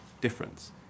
difference